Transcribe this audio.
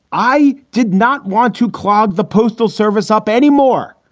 i did not want to cloud the postal service up anymore,